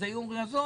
אז היו אומרים בוא,